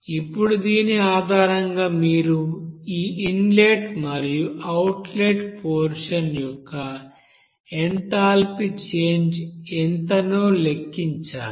ఇప్పుడు దీని ఆధారంగా మీరు ఈ ఇన్లెట్ మరియు అవుట్లెట్ పోర్షన్ యొక్క ఎంథాల్పీ చేంజ్ ఎంతనో లెక్కించాలి